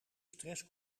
stress